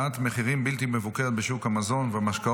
מחירים בלתי מבוקרת בשוק המזון והמשקאות.